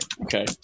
Okay